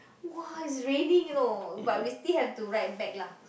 !wah! it's raining you know but we still have to ride back lah